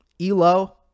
ELO